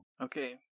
Okay